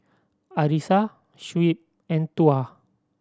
Arissa Shuib and Tuah